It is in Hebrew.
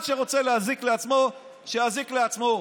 אחד שרוצה להזיק לעצמו, שיזיק לעצמו.